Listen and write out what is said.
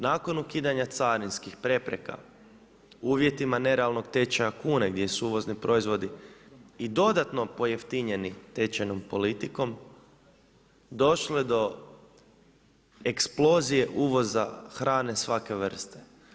Nakon ukidanja carinskih prepreka, uvjetima nerealnog tečaja kune gdje su uvozni proizvodi i dodatno pojeftinjeni tečajnom politikom, došlo je do eksplozije uvoza hrane svake vrste.